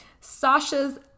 Sasha's